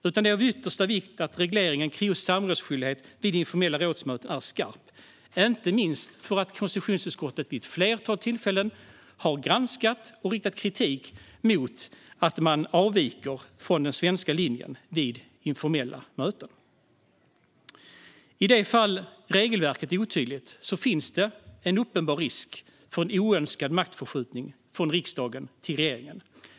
Det är av yttersta vikt att regleringen kring just samrådsskyldighet vid informella rådsmöten är skarp, inte minst för att konstitutionsutskottet vid ett flertal tillfällen har granskat och riktat kritik mot att regeringen avviker från den svenska linjen vid informella möten. Ifall regelverket är otydligt finns en uppenbar risk för en oönskad maktförskjutning från riksdagen till regeringen.